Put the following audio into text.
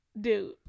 dude